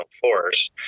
force